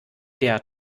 der